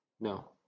No